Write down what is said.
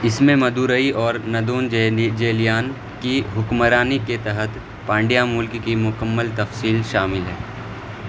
اس میں مدورئی اور ندون جیلی جیلیان کی حکمرانی کے تحت پانڈیا ملک کی مکمل تفصیل شامل ہے